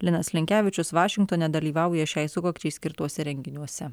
linas linkevičius vašingtone dalyvauja šiai sukakčiai skirtuose renginiuose